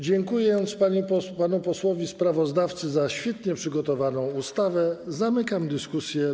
Dziękując panu posłowi sprawozdawcy za świetnie przygotowaną ustawę, zamykam dyskusję.